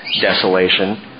desolation